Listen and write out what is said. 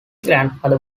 grandfather